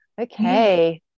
Okay